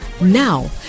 Now